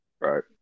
Right